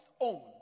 own